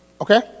Okay